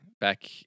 back